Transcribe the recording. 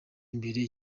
imbere